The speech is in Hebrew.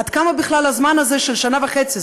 עד כמה בכלל הזמן הזה של שנה וחצי,